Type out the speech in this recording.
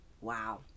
Wow